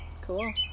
Cool